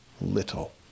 little